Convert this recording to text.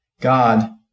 God